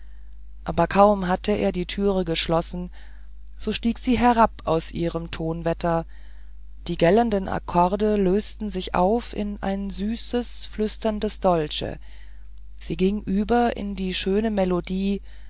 aber kaum hatte er die türe geschlossen so stieg sie herab aus ihrem tonwetter die gellenden akkorde lösten sich auf in ein süßes flüsterndes dolce sie ging über in die schöne melodie